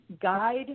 guide